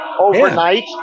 overnight